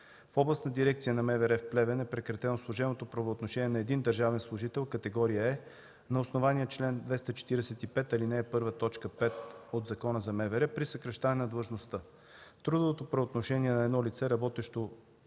В Областна дирекция на МВР – Плевен, е прекратено служебното правоотношение на един държавен служител, категория „Е” на основание на чл. 245, ал. 1, т. 5 от Закона за МВР при съкращаване на длъжността. Трудовото правоотношение на едно работещо